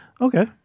Okay